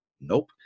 nope